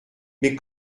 mais